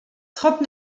trente